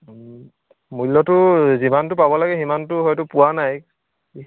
মূল্য়টো যিমানটো পাব লাগে সিমানটো হয়টো পোৱা নাই